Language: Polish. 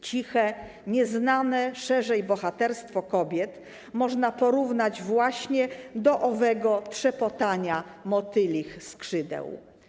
Ciche, nieznane szerzej bohaterstwo kobiet można porównać właśnie do owego trzepotania motylich skrzydeł.